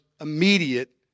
immediate